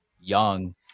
young